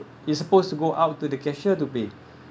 you're supposed to go out to the cashier to pay